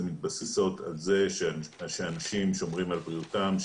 מתבססות על זה שאנשים שומרים על בריאותם,